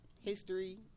History